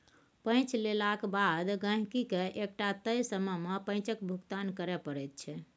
पैंच लेलाक बाद गहिंकीकेँ एकटा तय समय मे पैंचक भुगतान करय पड़ैत छै